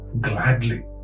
gladly